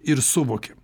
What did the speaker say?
ir suvokiam